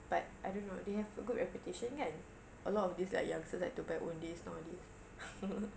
but I don't know they have a good reputation kan a lot of these like youngsters like to buy owndays nowadays